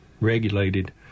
regulated